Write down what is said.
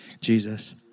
Jesus